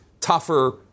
tougher